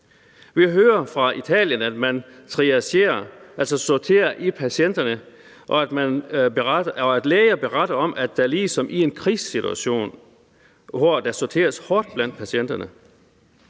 Vi hører fra Italien, at man triagerer, altså sorterer i patienterne, og at læger beretter om, at det er ligesom i en krigssituation, hvor der sorteres hårdt blandt patienterne.